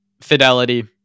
Fidelity